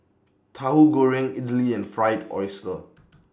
Tahu Goreng Idly and Fried Oyster